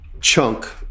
chunk